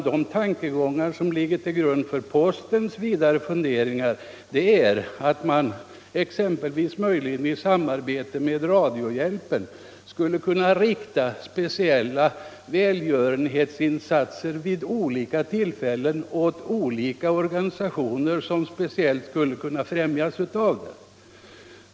Den tanke som ligger till grund för postens vidare funderingar är enligt vad jag erfarit att man i samarbete med t.ex. radiohjälpen skulle kunna göra speciella välgörenhetsinsatser genom olika organisationer, som på det sättet skulle främjas.